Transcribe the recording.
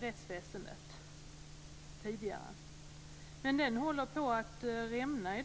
rättsväsendet tidigare, men den håller i dag på att rämna.